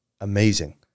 amazing